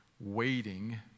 waiting